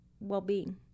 well-being